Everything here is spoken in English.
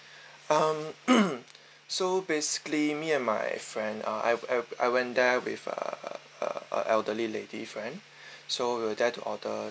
um so basically me and my friend uh I I went there with uh uh uh elderly lady friend so we were there to order